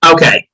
Okay